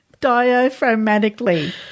diaphragmatically